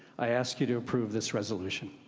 i ask you to approve this resolution.